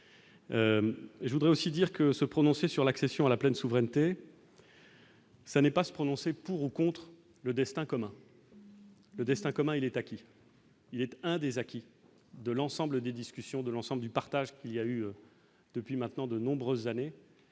je voudrais aussi dire que se prononcer sur l'accession à la pleine souveraineté. ça n'est pas se prononcer pour ou contre le destin commun, le destin commun, il est acquis, il était un des acquis de l'ensemble des discussions de l'ensemble du partage, il y a eu depuis maintenant de nombreuses années